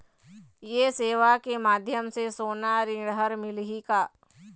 ये सेवा के माध्यम से सोना ऋण हर मिलही का?